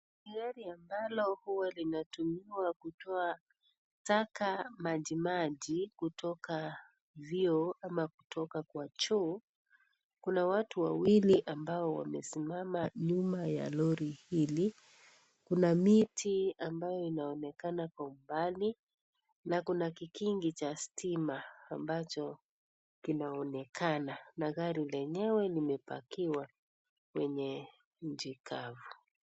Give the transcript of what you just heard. Lori ambalo huwa linatumika kutoa taka majimaji kutoka vyoo ama kutoka kwa choo kuna watu wawili ambao wamesimama nyuma ya lori hili , kuna miti ambayo inaonekana kwa umbali na kuna kikingi cha stima ambalo linoanekana na gari lenyewe lime pakiwa kwenye nchi kavu.